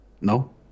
No